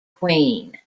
queen